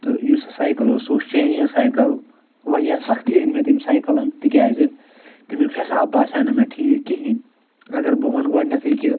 تہٕ یُس سایکَل اوس سُہ اوس چاینیٖز سایکَل واریاہ سَختی أنۍ مےٚ تٔمۍ سایکٔلن تِکیٛازِ تَمیٛک حِساب باسیٛو نہٕ مےٚ ٹھیٖک کِہیٖنۍ اَگر بہٕ وَنہٕ گۄڈٕنٮ۪تھٕے کہِ